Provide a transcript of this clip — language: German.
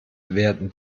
werden